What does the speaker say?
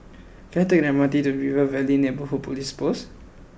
can I take the M R T to River Valley Neighbourhood Police Post